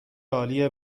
عالی